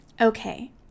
Okay